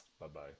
Bye-bye